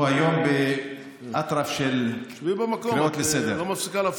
הוא היום באטרף של קריאות לסדר.